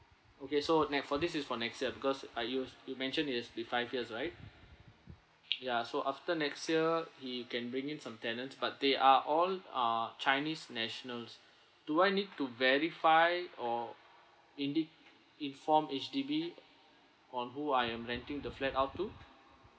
okay so ne~ for this is for next year because ah you you mentioned is be five years right ya so after next year he can bring in some tenants but they are all ah chinese nationals do I need to verify or indi~ inform H_D_B on who I am renting the flat out to